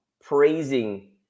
praising